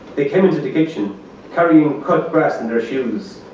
they came into the kitchen carrying cut grass in their shoes.